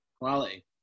Quality